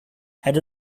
had